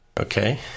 Okay